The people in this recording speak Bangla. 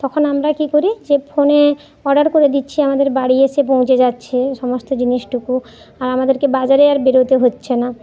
তখন আমরা কি করি যে ফোনে অর্ডার করে দিচ্ছি আমাদের বাড়ি এসে পৌঁছে যাচ্ছে সমস্ত জিনিসটুকু আর আমাদেরকে বাজারে আর বেরোতে হচ্ছে না